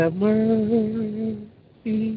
mercy